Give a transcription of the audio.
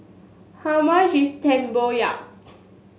how much is Tempoyak